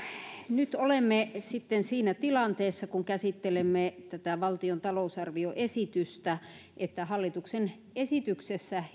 nyt olemme sitten siinä tilanteessa kun käsittelemme tätä valtion talousarvioesitystä että hallituksen esityksessä